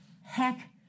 heck